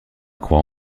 croit